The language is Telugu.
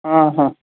ఆహ